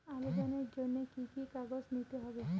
আবেদনের জন্য কি কি কাগজ নিতে হবে?